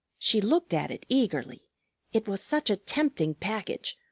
she looked at it eagerly it was such a tempting package,